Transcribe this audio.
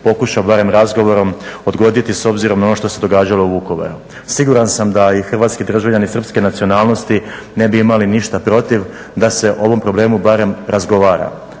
pokuša barem razgovorom odgoditi s obzirom na ono što se događalo u Vukovaru. Siguran sam da i Hrvatski državljani Srpske nacionalnosti ne bi imali ništa protiv da se o ovom problemu barem razgovara.